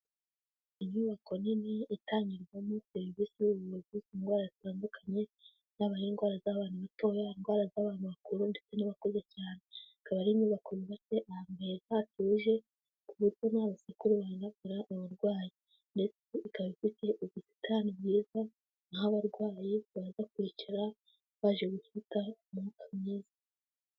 Inyubako nini itangirwamo serivisi y'ubuvuzi ku ndwara zitandukanye, yaba ari indwara z'abantu batoya, indwara z'abantu kuru, ndetse n'abakuze cyane, ikaba ari inyubako yubatse ahantu heza hatuje, ku buryo nta rusakuru rubangamira abarwayi ndetse ikaba ifite ubusitani bwiza, aho abarwayi baza kwicara baje gufata umwuka mwiza.